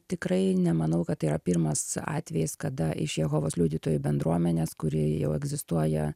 tikrai nemanau kad tai yra pirmas atvejis kada iš jehovos liudytojų bendruomenės kuri jau egzistuoja